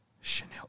Chanel